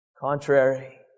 contrary